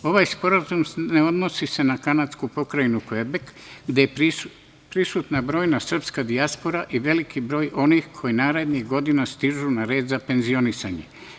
Ovaj sporazum ne odnosi se na kanadsku pokrajinu Kvebek, gde je prisutna brojna srpska dijaspora i veliki broj onih koji narednih godina stižu na red za penzionisanje.